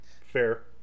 fair